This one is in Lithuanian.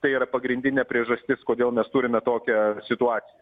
tai yra pagrindinė priežastis kodėl mes turime tokią situaciją